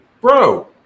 Bro